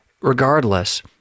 Regardless